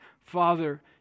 Father